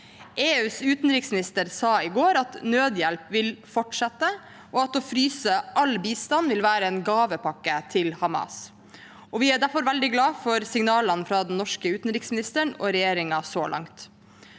EUs utenriksminister sa i går at nødhjelpen vil fortsette, og at å fryse all bistand vil være en gavepakke til Hamas. Vi er derfor veldig glade for signalene fra den norske utenriksministeren og regjeringen så langt.